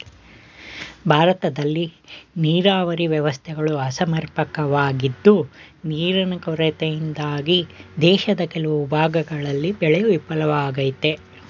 ಭಾರತದಲ್ಲಿ ನೀರಾವರಿ ವ್ಯವಸ್ಥೆಗಳು ಅಸಮರ್ಪಕವಾಗಿದ್ದು ನೀರಿನ ಕೊರತೆಯಿಂದಾಗಿ ದೇಶದ ಕೆಲವು ಭಾಗಗಳಲ್ಲಿ ಬೆಳೆ ವಿಫಲವಾಗಯ್ತೆ